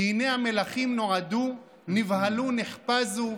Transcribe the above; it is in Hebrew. כי הנה המלכים נועדו, נבהלו נחפזו.